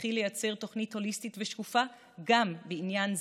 הכרחי לייצר תוכנית הוליסטית ושקופה גם בעניין זה.